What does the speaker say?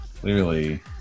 Clearly